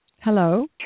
Hello